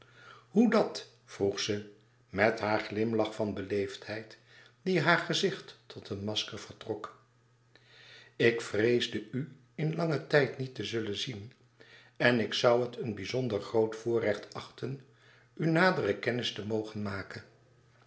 wilde hoedat vroeg ze met haar glimlach van beleefdheid die haar gezicht tot een masker vertrok ik vreesde u in langen tijd niet te zullen zien en ik zoû het een bizonder groot voorrecht achten uw nadere kennis te mogen maken